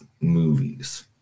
movies